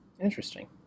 Interesting